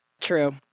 True